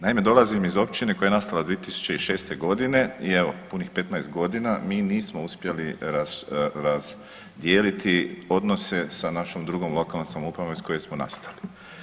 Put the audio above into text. Naime dolazim iz općine koja je nastala 2006.g. i evo punih 15.g. mi nismo uspjeli razdijeliti odnose sa našom drugom lokalnom samoupravom iz koje smo nastali.